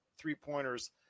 three-pointers